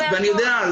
ואני יודע,